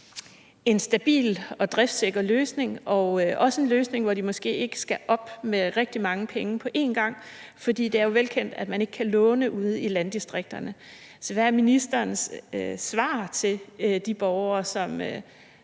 en stabil og driftssikker løsning og også en løsning, hvor de ikke skal af med rigtig mange penge på en gang, for det er jo velkendt, at man ikke kan låne ude i landdistrikterne. Så hvad er ministerens svar til de borgere, som